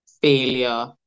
failure